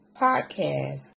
podcast